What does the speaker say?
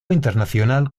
internacional